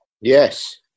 Yes